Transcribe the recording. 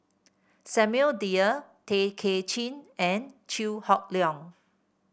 Samuel Dyer Tay Kay Chin and Chew Hock Leong